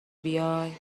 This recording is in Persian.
بیای